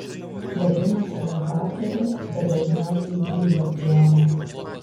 vadina save hakeriu bet dažniausiai grybą pjauna